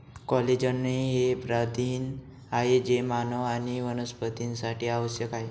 collagen हे प्रथिन आहे जे मानव आणि वनस्पतींसाठी आवश्यक आहे